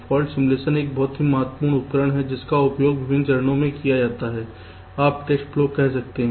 fault simulation एक बहुत महत्वपूर्ण उपकरण है जिसका उपयोग विभिन्न चरणों में किया जाता है आप टेस्ट फ्लो कह सकते हैं